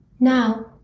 Now